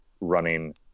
running